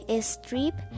strip